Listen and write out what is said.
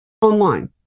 online